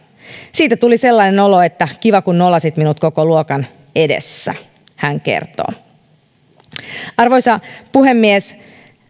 siitä tuli sellainen olo että kiva kun nolasit minut koko luokan edessä hän kertoo arvoisa puhemies